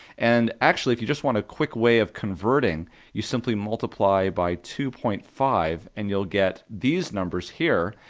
and actually if you just want a quick way of converting you simply multiply by two point five and you'll get these numbers here,